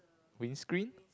windscreen